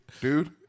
dude